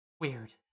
Weird